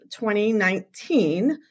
2019